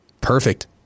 Perfect